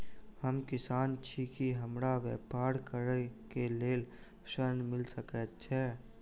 हम किसान छी की हमरा ब्यपार करऽ केँ लेल ऋण मिल सकैत ये?